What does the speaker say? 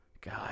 God